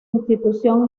institución